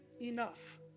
enough